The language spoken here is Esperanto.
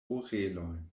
orelojn